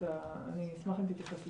אני אשמח אם תתייחס לזה.